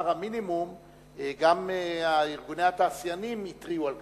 גם ארגוני התעשיינים התריעו על כך,